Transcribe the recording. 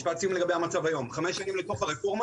משפט סיום לגבי המצב היום חמש שנים אל תוך הרפורמה,